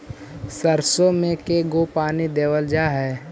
सरसों में के गो पानी देबल जा है?